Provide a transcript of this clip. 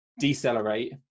decelerate